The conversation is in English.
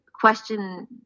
question